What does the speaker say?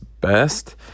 best